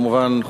כמובן,